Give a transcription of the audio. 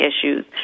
issues